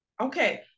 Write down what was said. okay